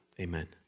Amen